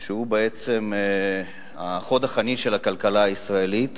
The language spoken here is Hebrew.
שהוא בעצם חוד החנית של הכלכלה הישראלית